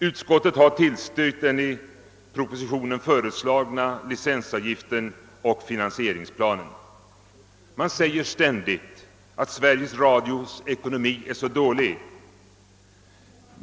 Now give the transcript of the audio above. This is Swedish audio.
Utskottet har tillstyrkt den i propositionen föreslagna licensavgiften och finansieringsplanen. Man säger ständigt att Sveriges Radios ekonomi är så dålig.